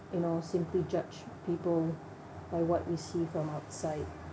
you know simply judge people on what you see from outside